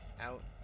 out